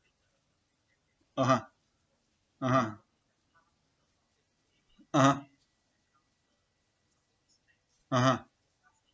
(uh huh)(uh huh)(uh huh)(uh huh)